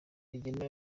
rigena